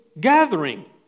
gathering